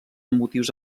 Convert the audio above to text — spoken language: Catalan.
motius